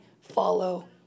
follow